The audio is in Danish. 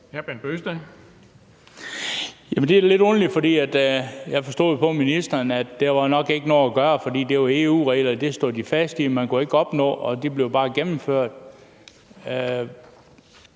det er da lidt underligt, for jeg forstod jo på ministeren, at der nok ikke er noget at gøre, fordi det er EU-regler, og dem står de fast på – at man ikke kan opnå noget, fordi de bare bliver gennemført.